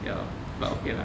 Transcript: ya but okay lah